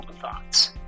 thoughts